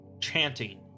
chanting